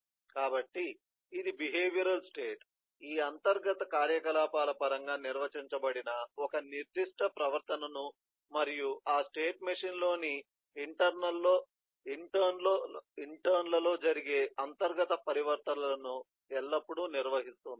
కాబట్టి ఇది behavioural state ఈ అంతర్గత కార్యకలాపాల పరంగా నిర్వచించబడిన ఒక నిర్దిష్ట ప్రవర్తనను మరియు ఆ స్టేట్ మెషీన్ లోని ఇంటర్న్లలో జరిగే అంతర్గత పరివర్తనలను ఎల్లప్పుడూ నిర్వహిస్తుంది